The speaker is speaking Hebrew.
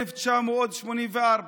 1984,